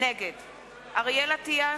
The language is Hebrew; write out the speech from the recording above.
נגד אריאל אטיאס,